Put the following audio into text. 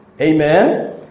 Amen